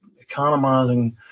economizing